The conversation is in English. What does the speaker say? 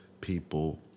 people